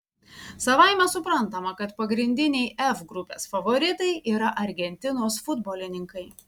savaime suprantama kad pagrindiniai f grupės favoritai yra argentinos futbolininkai